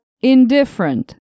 indifferent